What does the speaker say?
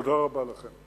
תודה רבה לכם.